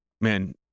man